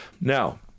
Now